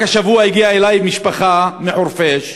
רק השבוע הגיעה אלי משפחה מחורפיש,